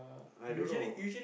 I don't know